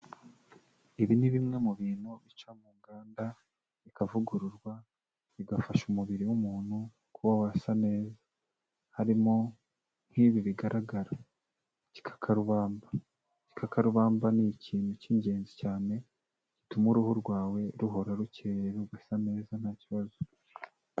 Ibi ni bimwe mu bintu bica mu nganda bikavugururwa, bigafasha umubiri w'umuntu kuba wasa neza, harimo nk'ibi bigaragara, igikakarubamba, igikakabamba ni ikintu cy'ingenzi cyane gituma uruhu rwawe ruhora rukeye rugasa neza ntakibazo.